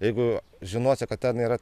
jeigu žinosi kad ten yra